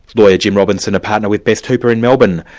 lawyer, jim robinson, a partner with best hooper in melbourne.